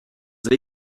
avez